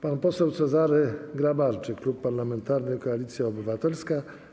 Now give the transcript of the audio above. Pan poseł Cezary Grabarczyk, Klub Parlamentarny Koalicja Obywatelska.